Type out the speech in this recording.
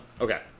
okay